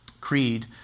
creed